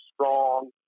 strong